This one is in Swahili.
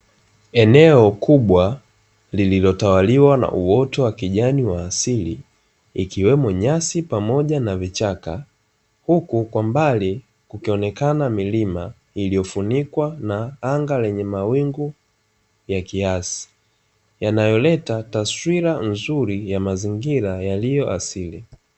Eneo kubwa lililotawaliwa na uoto wa kijani wa asili, ikiwemo nyasi pamoja na vichaka, huku kwa mbali ikionekana milima iliyofunikwa na anga lenye mawinguya kiasi, yanayoleta taswira ya nzuri ya mazingira yaliyo asili.